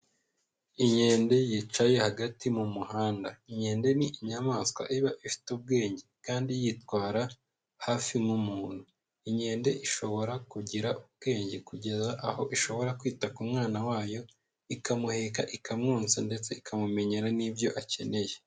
Inkende yicaye hagati mu muhanda, inkende ni inyamaswa iba ifite ubwenge, kandi yitwara hafi nk'umuntu. Inkende ishobora kugira ubwenge kugeza aho ishobora kwita ku mwana wayo, ikamuheka, ikamwonsa ndetse ikamumenyera n'ibyo akeneye.